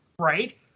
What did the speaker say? right